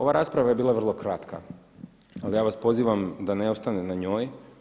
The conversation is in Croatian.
Ova rasprava je bila vrlo kratka, ali ja vas pozivam da ne ostane na njoj.